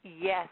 Yes